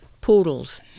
Poodles